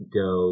go